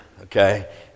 okay